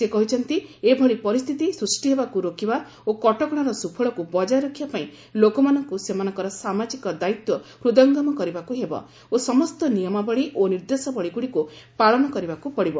ସେ କହିଛନ୍ତି ଏଭଳି ପରିସ୍ଥିତି ସୃଷ୍ଟି ହେବାକୁ ରୋକିବା ଓ କଟକଣାର ସୁଫଳକୁ ବଜାୟ ରଖିବା ପାଇଁ ଲୋକମାନଙ୍କୁ ସେମାନଙ୍କର ସାମାଜିକ ଦାୟିତ୍ୱ ହୃଦୟଙ୍ଗମ କରିବାକୁ ହେବ ଓ ସମସ୍ତ ନିୟମାବଳୀ ଓ ନିର୍ଦ୍ଦେଶାବଳୀଗୁଡ଼ିକୁ ପାଳନ କରିବାକୁ ପଡ଼ିବ